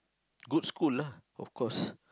good school lah of course